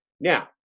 Now